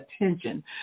attention